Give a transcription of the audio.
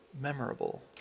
memorable